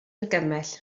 argymell